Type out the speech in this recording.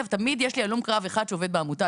ותמיד יש לי הלום קרב אחד שעובד בעמותה.